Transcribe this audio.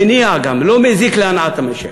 מניע גם, לא מזיק להנעת המשק,